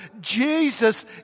Jesus